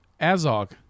Azog